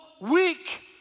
weak